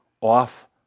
off